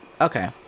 okay